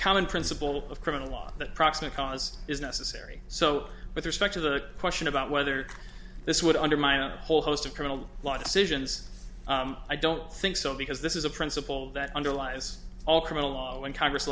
common principle of criminal law that proximate cause is necessary so with respect to the question about whether this would undermine a whole host of criminal law decisions i don't think so because this is a principle that underlies all criminal law when congress